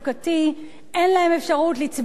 אין להם אפשרות לצבור ותק,